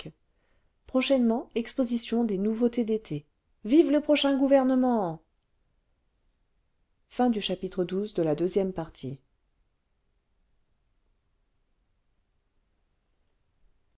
prochainement exposition des nouveautés d'été vive le prochain gouvernement